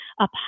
up